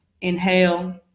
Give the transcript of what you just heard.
inhale